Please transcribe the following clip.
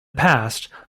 past